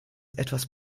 etwas